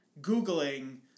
googling